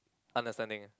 understanding